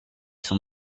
son